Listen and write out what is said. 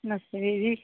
ਨਮਸਤੇ ਵੀਰ ਜੀ